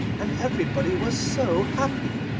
and everybody was so happy!